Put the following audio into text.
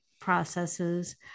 processes